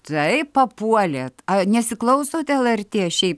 taip papuolėt nesiklausot lrt šiai